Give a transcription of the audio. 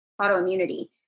autoimmunity